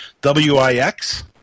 W-I-X